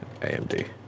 AMD